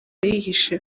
yihishe